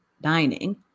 dining